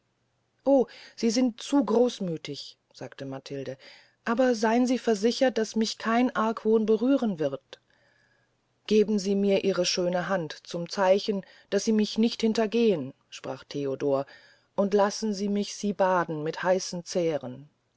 o sie sind zu großmüthig sagte matilde aber seyn sie versichert daß mich kein argwohn berühren wird geben sie mir ihre schöne hand zum zeichen daß sie mich nicht hintergehn sprach theodor und lassen sie mich sie baden mit heißen zähren